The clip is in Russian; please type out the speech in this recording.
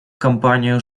кампанию